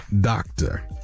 doctor